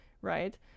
Right